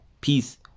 Peace